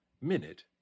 minute